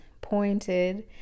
pointed